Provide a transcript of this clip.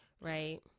Right